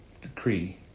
decree